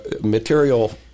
Material